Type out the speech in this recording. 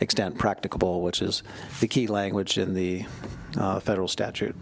extent practicable which is the key language in the federal statute